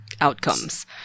outcomes